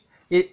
it